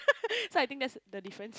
so I think that's the difference